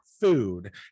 food